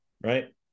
right